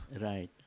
Right